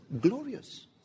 Glorious